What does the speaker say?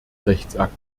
rechtsakte